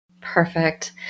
Perfect